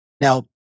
Now